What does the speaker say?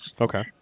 Okay